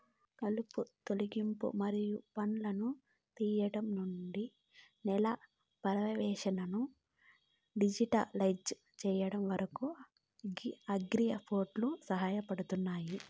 కలుపు తొలగింపు మరియు పండ్లను తీయడం నుండి నేల పర్యవేక్షణను డిజిటలైజ్ చేయడం వరకు, అగ్రిబోట్లు సహాయపడతాయి